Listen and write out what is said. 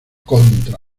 contra